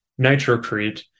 Nitrocrete